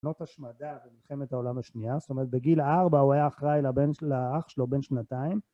מחנות השמדה במלחמת העולם השנייה, זאת אומרת בגיל ארבע הוא היה אחראי לבן..לאח שלו בן שנתיים.